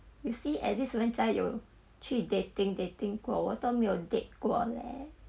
you see at least 人家去 dating dating 过我都没有 date 过 leh